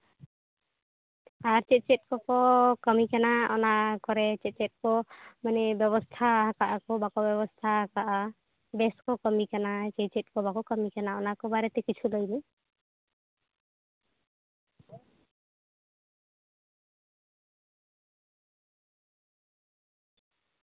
ᱟᱨ ᱪᱮᱫ ᱪᱮᱫ ᱠᱚᱠᱚ ᱠᱟᱹᱢᱤ ᱠᱟᱱᱟ ᱚᱱᱟ ᱠᱚᱨᱮ ᱪᱮᱫ ᱪᱮᱫ ᱠᱚ ᱢᱟᱱᱮ ᱵᱮᱵᱚᱥᱛᱷᱟ ᱠᱟᱜᱼᱟ ᱠᱚ ᱵᱟᱠᱚ ᱵᱮᱵᱚᱥᱛᱷᱟ ᱠᱟᱜᱼᱟ ᱵᱮᱥ ᱠᱚ ᱠᱟᱹᱢᱤ ᱠᱟᱱᱟ ᱥᱮ ᱪᱮᱫ ᱠᱚ ᱵᱟᱠᱚ ᱠᱟᱹᱢᱤ ᱠᱟᱱᱟ ᱚᱱᱟ ᱠᱚ ᱵᱟᱨᱮᱛᱮ ᱠᱤᱪᱷᱩ ᱞᱟᱹᱭ ᱵᱤᱱ